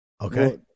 Okay